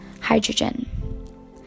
hydrogen